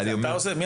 אתה עושה את זה?